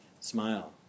Smile